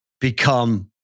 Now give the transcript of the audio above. become